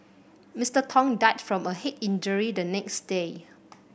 Mister Tong died from a head injury the next day